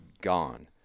gone